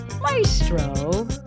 Maestro